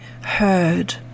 heard